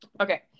Okay